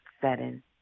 setting